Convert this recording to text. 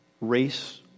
race